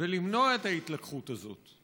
ולמנוע את ההתלקחות הזאת.